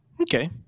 Okay